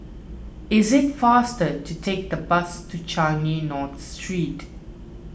is it faster to take the bus to Changi North Street